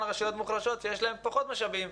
רשויות מוחלשות שיש להן פחות משאבים.